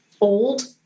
old